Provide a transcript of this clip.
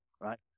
right